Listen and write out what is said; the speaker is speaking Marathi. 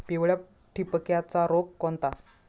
पिवळ्या ठिपक्याचा रोग कोणता?